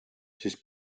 siis